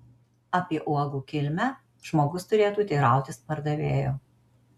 apie uogų kilmę žmogus turėtų teirautis pardavėjo